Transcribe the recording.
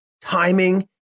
Timing